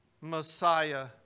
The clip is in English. Messiah